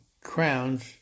crowns